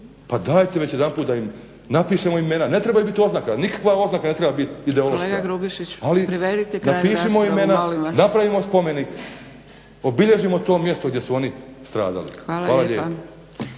Pa dajte već jedanput da im napišemo imena. Ne trebaju bit oznake, nikakva oznaka ne treba bit ideološka, ali napišimo imena, napravimo spomenik, obilježimo to mjesto gdje su oni stradali. Hvala lijepa.